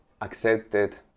accepted